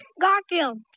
Garfield